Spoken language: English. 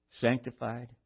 sanctified